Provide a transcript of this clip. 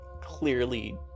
clearly